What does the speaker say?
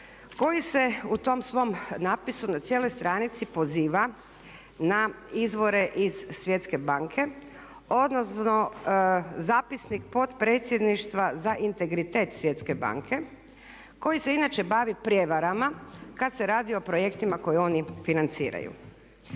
koji se u tom svom napisu na cijeloj stranici poziva na izvore iz Svjetske banke odnosno zapisnik potpredsjedništva za integritet Svjetske banke, koji se inače bavi prijevarama kad se radi o projektima koji oni financiraju.